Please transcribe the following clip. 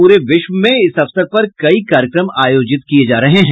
पूरे विश्व में इस अवसर पर कई कार्यक्रम आयोजित किये जा रहे हैं